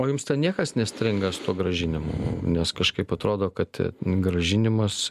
o jums ten niekas nestringa su tuo grąžinimu nes kažkaip atrodo kad grąžinimas